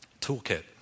Toolkit